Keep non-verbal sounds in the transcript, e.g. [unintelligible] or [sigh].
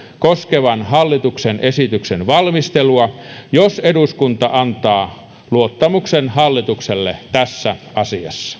koskevan hallituksen esityksen valmistelua jos eduskunta antaa luottamuksen hallitukselle tässä asiassa [unintelligible]